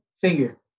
figure